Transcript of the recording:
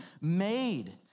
made